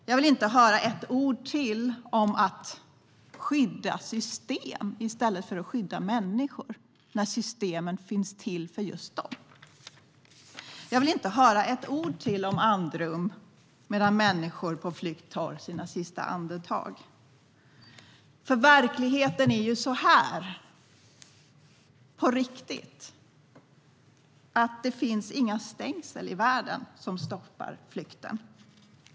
Jag vill inte höra ett ord om att skydda system i stället för att skydda människor, när systemen finns till för just dem. Jag vill inte höra ett ord till om andrum medan människor på flykt tar sina sista andetag. I verkligheten kan inga stängsel i världen stoppa flykten.